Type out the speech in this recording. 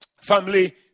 family